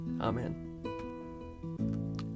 Amen